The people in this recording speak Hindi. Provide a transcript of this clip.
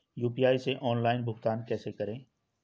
यू.पी.आई से ऑनलाइन भुगतान कैसे करें?